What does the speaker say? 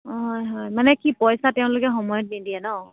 অঁ হয় হয় মানে কি পইচা তেওঁলোকে সময়ত নিদিয়ে ন